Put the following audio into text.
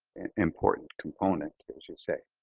an important component as you say.